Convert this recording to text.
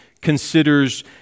considers